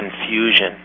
confusion